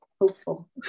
hopeful